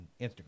Instagram